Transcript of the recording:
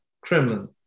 Kremlin